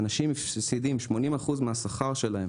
אנשים צריכים להפסיד 80% מהשכר שלהם